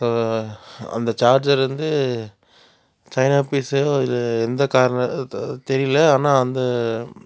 அந்த சார்ஜர் வந்து சைனா பீஸோ இல்லை எந்த காரனோ தெரியல ஆனால் வந்து